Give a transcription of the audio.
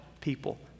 people